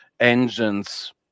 engines